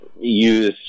use